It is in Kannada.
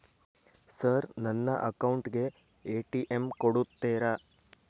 ಸರ್ ನನ್ನ ಅಕೌಂಟ್ ಗೆ ಎ.ಟಿ.ಎಂ ಕೊಡುತ್ತೇರಾ?